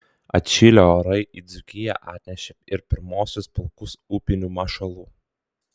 atšilę orai į dzūkiją atnešė ir pirmuosius pulkus upinių mašalų